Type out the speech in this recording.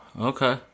Okay